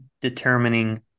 determining